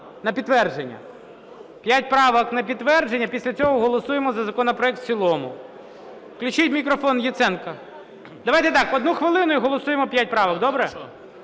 На підтвердження. 5 правок на підтвердження, після цього голосуємо за законопроект в цілому. Включіть мікрофон Яценка. Давайте так: 1 хвилину - і голосуємо 5 правок. Добре?